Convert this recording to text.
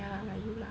ya lah like you ah